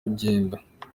ugenda